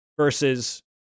versus